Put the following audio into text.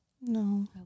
No